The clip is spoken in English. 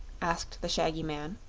asked the shaggy man.